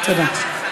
תודה.